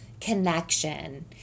connection